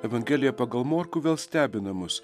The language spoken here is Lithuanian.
evangelija pagal morkų vėl stebina mus